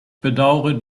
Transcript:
bedaure